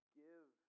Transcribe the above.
give